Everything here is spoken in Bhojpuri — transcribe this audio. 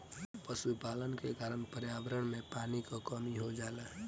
पशुपालन के कारण पर्यावरण में पानी क कमी हो जाला